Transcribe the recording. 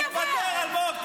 אלמוג?